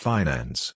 Finance